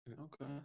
Okay